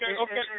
okay